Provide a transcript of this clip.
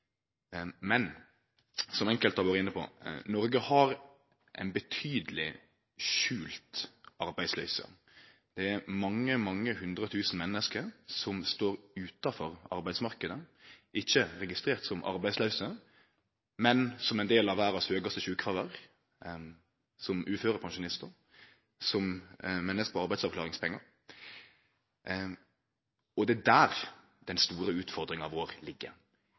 Men som enkelte har vore inne på, har Noreg ei betydeleg skjult arbeidsløyse. Det er mange hundre tusen menneske som står utanfor arbeidsmarknaden – ikkje registrerte som arbeidslause, men som ein del av verdas høgaste sjukefråvær – som uførepensjonistar, som menneske på arbeidsavklaringspengar. Det er der den store utfordringa vår ligg,